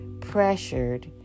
pressured